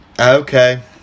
Okay